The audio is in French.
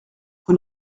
vous